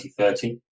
2030